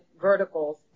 verticals